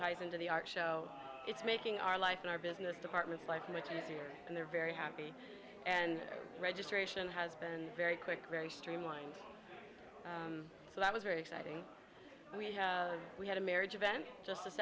ties into the art show it's making our life and our business departments life much easier and they're very happy and registration has been very quick very streamlined so that was very exciting we had we had a marriage event just this